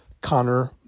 Connor